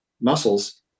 muscles